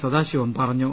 സദാശിവം പറഞ്ഞു